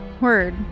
word